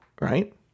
right